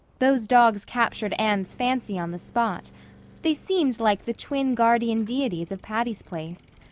those dogs captured anne's fancy on the spot they seemed like the twin guardian deities of patty's place.